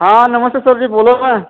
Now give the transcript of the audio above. हां नमस्ते सर जी बोलो ना